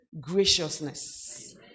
graciousness